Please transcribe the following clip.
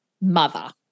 mother